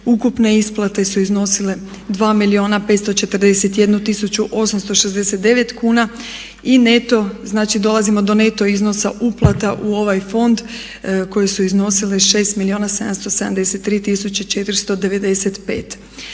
Ukupne isplate su iznosile 2 milijuna 541 tisuća 869 kuna i neto, znači dolazimo do neto iznosa uplata u ovaj fond koji su iznosile 6 milijuna 773 tisuće 495.